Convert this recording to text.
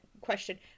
question